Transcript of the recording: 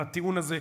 לטיעון הזה,